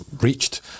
reached